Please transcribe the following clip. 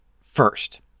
first